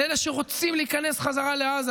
על אלה שרוצים להיכנס חזרה לעזה,